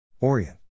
orient